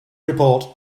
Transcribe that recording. report